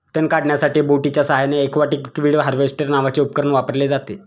तण काढण्यासाठी बोटीच्या साहाय्याने एक्वाटिक वीड हार्वेस्टर नावाचे उपकरण वापरले जाते